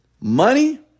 money